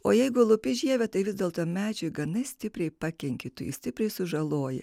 o jeigu lupi žievę tai vis dėlto medžiui gana stipriai pakenki tu jį stipriai sužaloji